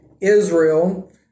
Israel